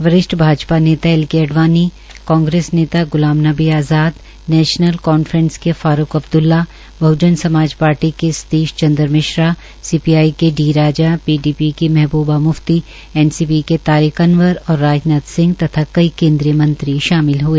वरिष्ठ भाजपा नेता L K Advani Congress नेता ग्लाव नबी आज़ाद नैशनल कांफ्रेस के फारूक अब्बदुला बह्जन समाज पार्टी के सतीश चंद्र मिश्रा सीपीआई के डी राजा पीडीप की महबूबा म्फती एनसीपी के तारिक अनवर और राजनाथ सिंह तथा कई केन्द्रीय मंत्री शामिल हए